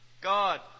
God